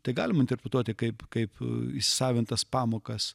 tai galime interpretuoti kaip kaip įsavintas pamokas